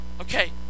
Okay